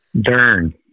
Dern